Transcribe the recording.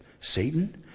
Satan